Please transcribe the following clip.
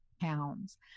Pounds